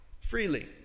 freely